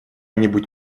нибудь